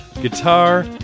guitar